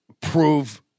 prove